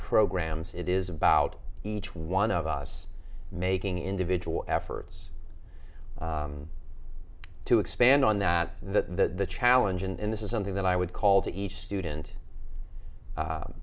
programs it is about each one of us making individual efforts to expand on that the challenge and this is something that i would call to each student